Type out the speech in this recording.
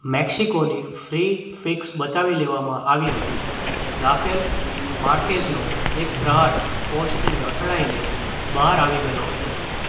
મેક્સિકોની free kicks બચાવી લેવામાં આવી હતી રાફેલ માર્કેઝનો એક પ્રહાર પોસ્ટને અથડાઈને બહાર આવી ગયો હતો